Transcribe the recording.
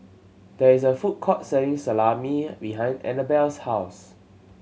there is a food court selling Salami behind Annabel's house